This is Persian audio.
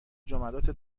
جملات